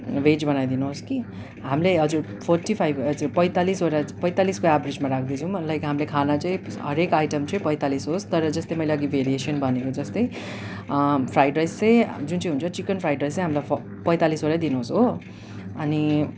veg बनाइदिनोस् कि हामीलाई हजुर फोर्टी फाइभ हजुर पैँतालिसवटा पैतालिसको एभेरेजमा राख्दैछौँ लाइक हामीले खाना चाहिँ हरेक आइटम चाहिँ पैँतालिस होस् तर जस्तै मैले अघि भेरिएसन भनेको जस्तै फ्राइड राइस चाहिँ जुन चाहिँ हुन्छ चिकन फ्राइड राइस चाहिँ हामीलाई फ पैँतालिसवटै दिनुहोस् हो अनि